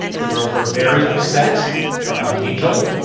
the girls were very upset about angel.